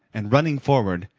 and running forward,